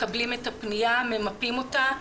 מקבלים את הפנייה וממפים אותה.